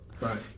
right